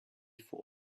for